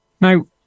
Now